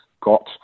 got